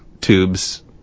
tubes